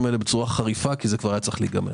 הללו בצורה חריפה כי זה היה צריך להיגמר.